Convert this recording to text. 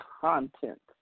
content